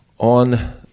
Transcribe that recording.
On